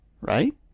Right